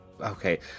Okay